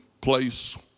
place